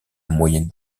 moyenne